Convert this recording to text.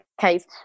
case